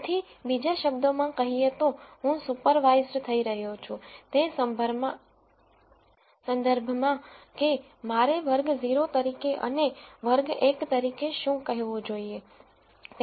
તેથી બીજા શબ્દોમાં કહીએ તો હું સુપરવાઈસડ થઇ રહ્યો છું તે સંદર્ભમાં કે મારે વર્ગ 0 તરીકે અને વર્ગ 1 તરીકે શું કહેવું જોઈએ છે